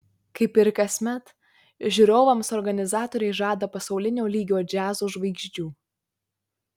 kaip ir kasmet žiūrovams organizatoriai žada pasaulinio lygio džiazo žvaigždžių